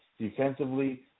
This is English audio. defensively